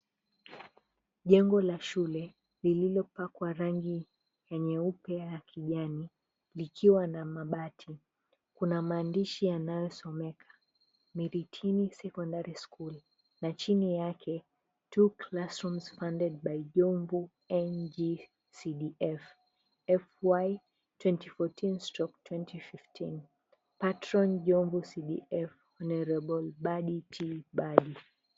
Jengo la shule lililopakwa rangi ya nyeupe na kijani likiwa na mabati kuna mahandishi yanayosomeka, "Miritimi Sekondari School," na chini yake, "Two Classrooms Funded By Jombo NG C.D.F Fy 2014/2015 Patron Jombo C.D.F Hon. Badi Jil Bai."